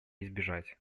избежать